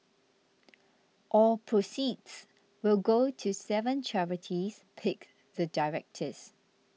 all proceeds will go to seven charities picked the directors